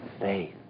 faith